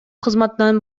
кызматынан